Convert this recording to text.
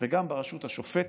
וגם ברשות השופטת.